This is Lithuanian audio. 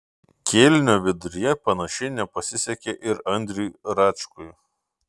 kėlinio viduryje panašiai nepasisekė ir andriui račkui